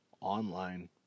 online